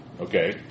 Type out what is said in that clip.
Okay